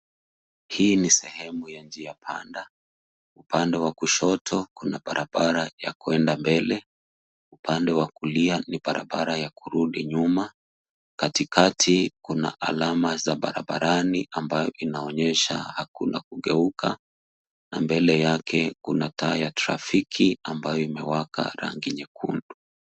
Hii ni sehemu ya njia panda, upande wa kushoto kuna barabara ya kwenda mbele upande wa kulia ni barabara ya kurudi nyuma, katikati kuna alama za barabarani ambayo inaonyesha hakuna kugeuka na mbele yake kuna taa ya trafiki ambayo imewaka rangi nyekundu.